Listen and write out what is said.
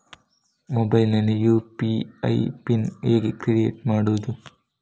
Mobile ನಲ್ಲಿ UPI pin ಹೇಗೆ create ಮಾಡುವುದು?